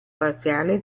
parziale